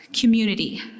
community